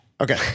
Okay